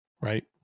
Right